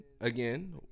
Again